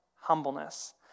humbleness